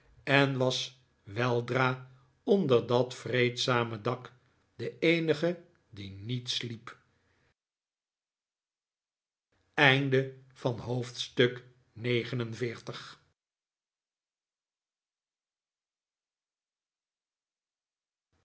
en was weldra bnder dat vreedzame dak de eenige die niet sliep hoofdstuk